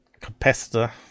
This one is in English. capacitor